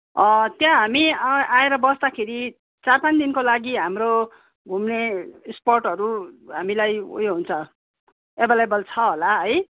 त्यहाँ हामी आएर बस्ताखेरि चार पाँच दिनको लागि हाम्रो घुम्ने स्पटहरू हामीलाई उयो हुन्छ एभाइलेबल छ होला है